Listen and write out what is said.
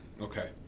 Okay